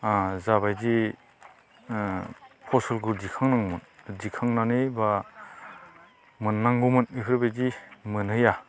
ओ जाबायदि फसलखौ ओ दिखांनांगौ दिखांनानै बा मोननांगौमोन बेफोरबायदि मोनहैया